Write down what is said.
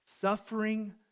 suffering